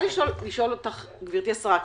גברתי השרה,